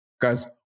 guys